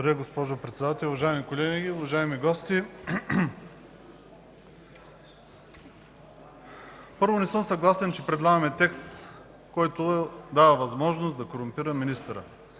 Благодаря, госпожо Председател. Уважаеми колеги, уважаеми гости! Първо, не съм съгласен, че предлагаме текст, който дава възможност да корумпира министъра.